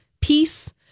peace